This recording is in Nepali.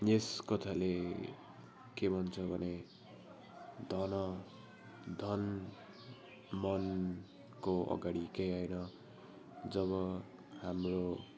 यस कथाले के भन्छ भने धन धन मनको अगाडि केही होइन जब हाम्रो